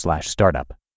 startup